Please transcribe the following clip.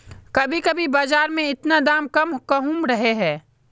कभी कभी बाजार में इतना दाम कम कहुम रहे है?